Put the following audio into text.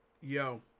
Yo